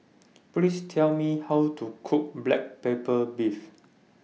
Please Tell Me How to Cook Black Pepper Beef